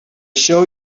show